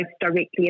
directly